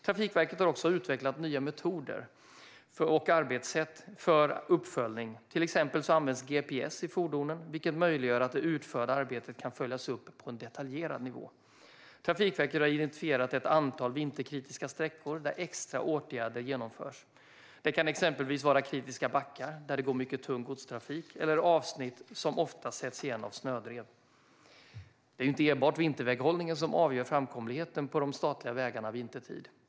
Trafikverket har också utvecklat nya metoder och arbetssätt för uppföljning. Till exempel används gps i fordonen, vilket möjliggör att det utförda arbetet kan följas upp på en detaljerad nivå. Trafikverket har identifierat ett antal vinterkritiska sträckor där extra åtgärder vidtas. Det kan exempelvis vara kritiska backar där det går mycket tung godstrafik eller avsnitt som ofta sätts igen av snödrev. Det är inte enbart vinterväghållningen som avgör framkomligheten på de statliga vägarna vintertid.